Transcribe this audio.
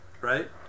right